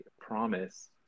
promise